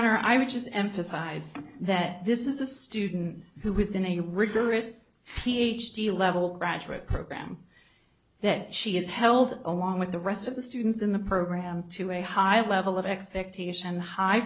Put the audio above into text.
honor i would just emphasize that this is a student who was in a rigorous ph d level graduate program that she has held along with the rest of the students in the program to a high level of expectation hi